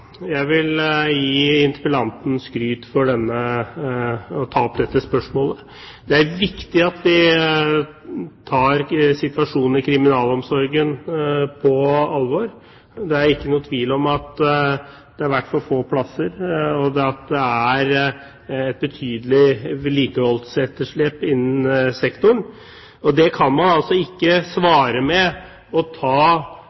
Jeg vil gi representanten Dahl skryt for å ta opp denne interpellasjonen. Det er viktig at vi tar situasjonen i kriminalomsorgen på alvor. Det er ikke noen tvil om at det har vært for få plasser, og at det er et betydelig vedlikeholdsetterslep innen sektoren. Da kan man altså ikke